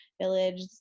village